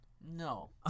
No